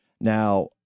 Now